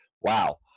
wow